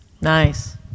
Nice